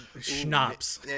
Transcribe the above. schnapps